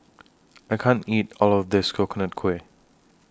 I can't eat All of This Coconut Kuih